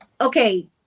okay